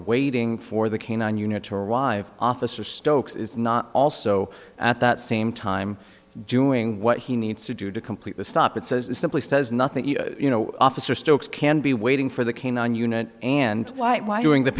waiting for the k nine unit to arrive officer stokes is not also at the same time doing what he needs to do to complete the stop it says it simply says nothing you know officer stokes can be waiting for the canine unit and white why doing the